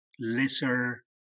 lesser